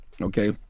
okay